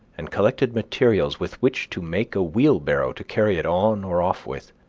and collected materials with which to make a wheelbarrow to carry it on or off with